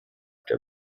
der